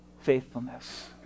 faithfulness